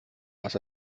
was